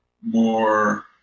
more